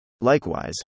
Likewise